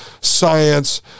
science